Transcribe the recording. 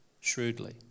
shrewdly